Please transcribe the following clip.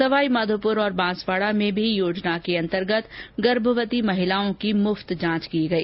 सवाईमाघोपूर और बांसवाड़ा में भी योजना के अंतर्गत गर्भवती महिलाओं की निःशुल्क जांच की गई